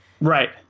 Right